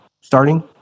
starting